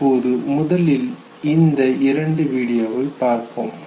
இப்போது முதலில் இந்த இரண்டு வீடியோவை பார்ப்போம்